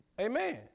Amen